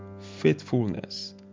faithfulness